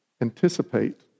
anticipate